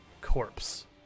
corpse